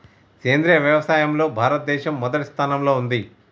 సేంద్రియ వ్యవసాయంలో భారతదేశం మొదటి స్థానంలో ఉంది